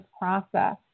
process